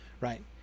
Right